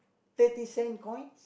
thirty cent coins